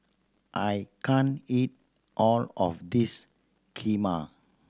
I can't eat all of this Kheema